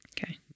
Okay